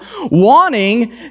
wanting